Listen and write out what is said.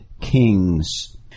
kings